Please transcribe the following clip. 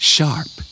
Sharp